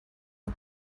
not